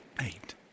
eight